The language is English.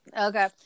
okay